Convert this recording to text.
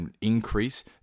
increase